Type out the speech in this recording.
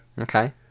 Okay